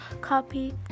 copy